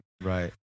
right